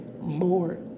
more